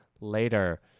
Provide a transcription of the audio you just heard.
later